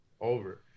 over